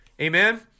Amen